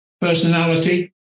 personality